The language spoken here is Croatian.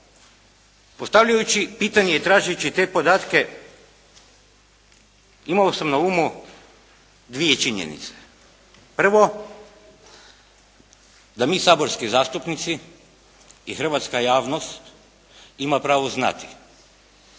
Postavljajući pitanje i tražeći te podatke imao sam na umu dvije činjenice. Prvo, da mi saborski zastupnici i hrvatska javnost ima pravo znati,